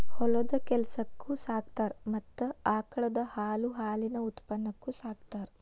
ಹೊಲದ ಕೆಲಸಕ್ಕು ಸಾಕತಾರ ಮತ್ತ ಆಕಳದ ಹಾಲು ಹಾಲಿನ ಉತ್ಪನ್ನಕ್ಕು ಸಾಕತಾರ